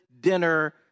dinner